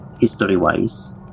history-wise